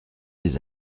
des